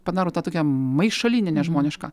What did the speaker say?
padaro tą tokią maišalynę nežmonišką